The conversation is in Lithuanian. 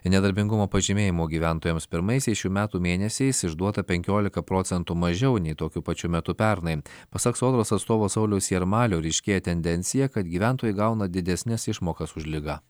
nedarbingumo pažymėjimų gyventojams pirmaisiais šių metų mėnesiais išduota penkiolika procentų mažiau nei tokiu pačiu metu pernai pasak sodros atstovo sauliaus jarmalio ryškėja tendencija kad gyventojai gauna didesnes išmokas už ligą